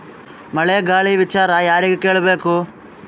ಮಳೆ ಗಾಳಿ ವಿಚಾರ ಯಾರಿಗೆ ಕೇಳ್ ಬೇಕು?